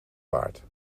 waard